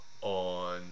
on